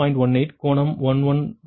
18 கோணம் 116